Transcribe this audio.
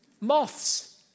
moths